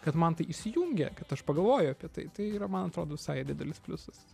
kad man tai įsijungia kad aš pagalvoju apie tai tai yra man atrodo visai didelis pliusas